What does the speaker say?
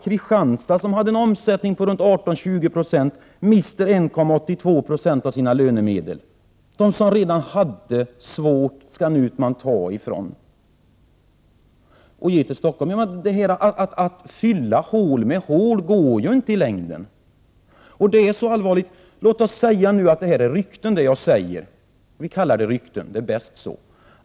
Kristianstad hade en omsättning på mellan 18 och 20 26 och miste 1,82 22 av sina lönemedel. De som redan hade det svårt skall man nu ta mer från och ge till Stockholm. Det går inte i längden att fylla hål med hål. Låt oss kalla det jag skall säga för rykten. Det är bäst så.